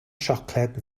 siocled